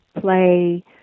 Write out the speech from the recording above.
play